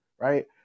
Right